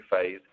phase